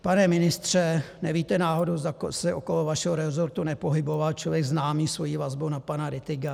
Pane ministře, nevíte náhodou, zda se okolo vašeho resortu nepohyboval člověk známý svojí vazbou na pana Rittiga?